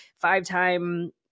five-time